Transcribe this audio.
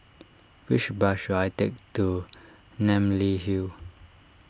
which bus should I take to Namly Hill